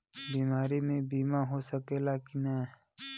बीमारी मे बीमा हो सकेला कि ना?